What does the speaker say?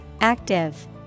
Active